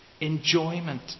Enjoyment